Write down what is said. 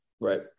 Right